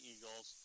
Eagles